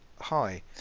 hi